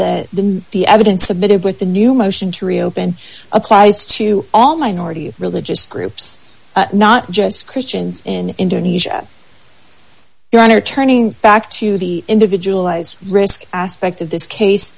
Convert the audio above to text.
of the the evidence submitted with the new motion to reopen applies to all minority of religious groups not just christians in indonesia your honor turning back to the individual risk aspect of this case